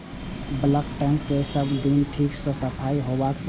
bulk tank केर सब दिन ठीक सं सफाइ होबाक चाही